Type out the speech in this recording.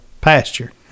pasture